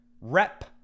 Rep